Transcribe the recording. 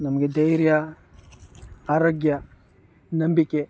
ನಮಗೆ ಧೈರ್ಯ ಆರೋಗ್ಯ ನಂಬಿಕೆ